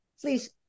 Please